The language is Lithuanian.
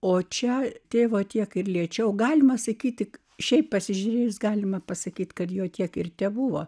o čia tėvo tiek ir liečiau galima sakyti tik šiaip pasižiūrėjus galima pasakyti kad jo tiek ir tebuvo